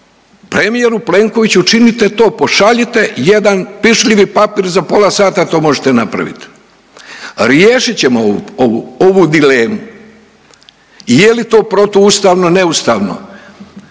premijeru Plenkoviću učinite to, pošaljite jedan pišljivi papir za pola sata to možete napraviti. Riješit ćemo ovu dilemu i je li to protuustavno, neustavno.